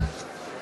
חברי הכנסת,